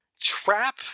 trap